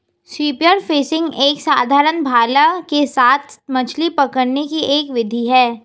spear fishing एक साधारण भाला के साथ मछली पकड़ने की एक विधि है